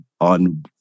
on